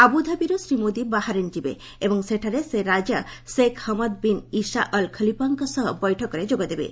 ଆବୁଧାବିରୁ Shri Modi Bahrain ଯିବେ ଏବଂ ସେଠାରେ ସେ ରାଜା Sheikh Hamad bin Isa Al ଖଲିଫାଙ୍କ ସହ ବୈଠକରେ ଯୋଗ ଦେବେ